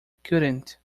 couldn’t